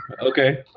Okay